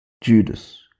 Judas